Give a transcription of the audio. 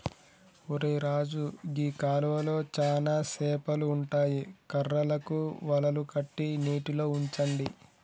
ఒరై రాజు గీ కాలువలో చానా సేపలు ఉంటాయి కర్రలకు వలలు కట్టి నీటిలో ఉంచండి